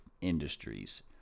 industries